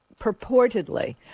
purportedly